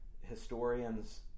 historians